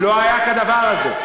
לא היה כדבר הזה.